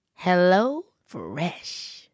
HelloFresh